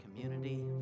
community